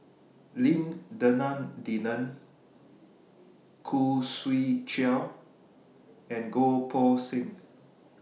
Lim Denan Denon Khoo Swee Chiow and Goh Poh Seng